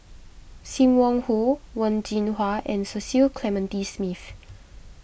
Sim Wong Hoo Wen Jinhua and Cecil Clementi Smith